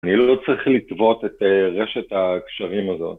כאילו לא צריך לטוות את רשת הקשרים הזאת.